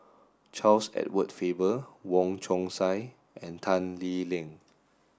Charles Edward Faber Wong Chong Sai and Tan Lee Leng